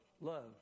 love